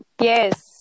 yes